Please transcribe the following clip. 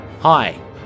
Hi